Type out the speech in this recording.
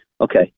Okay